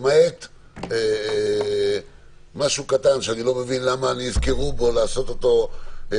למעט משהו קטן שאני לא מבין למה נזכרו לעשות אותו היום.